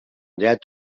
dret